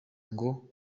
ngo